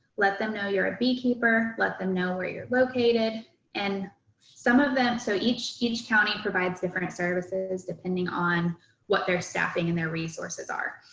let them know you're a beekeeper, let them know where you're located and some of them, so each each county provides different services, depending on what their staffing and their resources are.